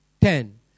ten